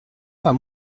pas